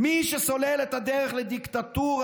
מי ששולל את הדרך לדיקטטורה